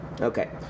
Okay